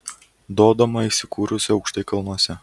dodoma įsikūrusi aukštai kalnuose